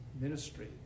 ministry